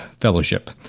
fellowship